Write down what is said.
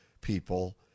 people